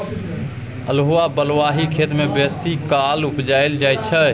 अल्हुआ बलुआही खेत मे बेसीकाल उपजाएल जाइ छै